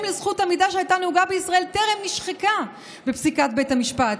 לזכות עמידה שהייתה נהוגה בישראל טרם נשחקה בפסיקת בית המשפט.